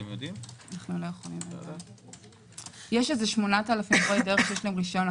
יש כ-8,000 מורי דרך עם רשיון.